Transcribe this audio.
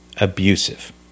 abusive